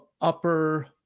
upper